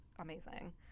amazing